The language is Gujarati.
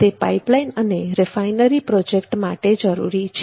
તે પાઇપલાઇન અને રિફાઇનરી પ્રોજેક્ટ માટે જરૂરી છે